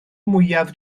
mwyaf